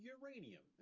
uranium